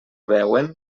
veuen